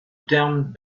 terme